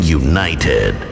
united